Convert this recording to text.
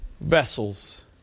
vessels